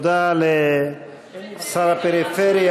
תודה לשר לפיתוח הפריפריה,